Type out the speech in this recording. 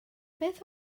beth